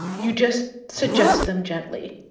you just suggest them gently.